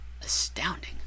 astounding